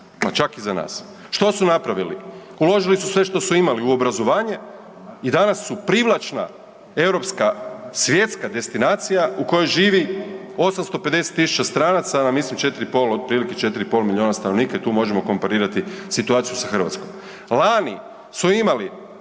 čak i za nas. Što su napravili? Uložili su sve što su imali u obrazovanje i danas su privlačna europska svjetska destinacija u kojoj živi 850 tisuća stranaca na mislim 4,5, otprilike 4,5 milijuna stanovnika i tu možemo komparirati situaciju sa Hrvatskom. Lani su imali